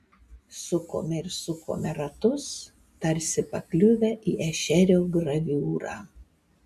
sukome ir sukome ratus tarsi pakliuvę į ešerio graviūrą